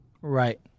Right